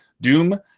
doom